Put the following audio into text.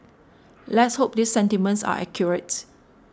let's hope this sentiments are accurate